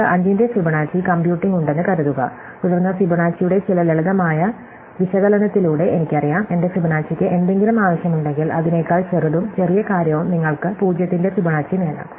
നമുക്ക് 5 ന്റെ Fibonacci computing ഉണ്ടെന്ന് കരുതുക തുടർന്ന് ഫിബൊനാച്ചിയുടെ ചില ലളിതമായ വിശകലനത്തിലൂടെ എനിക്കറിയാം എന്റെ ഫിബൊനാച്ചിക്ക് എന്തെങ്കിലും ആവശ്യമുണ്ടെങ്കിൽ അതിനേക്കാൾ ചെറുതും ചെറിയ കാര്യവും നിങ്ങൾക്ക് 0 ന്റെ ഫിബൊനാച്ചി നേടാം